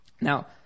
Now